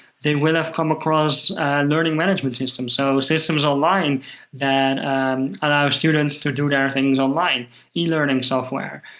they will have come across learning management systems, so systems online that allow students to do their things online e-learning software.